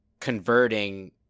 converting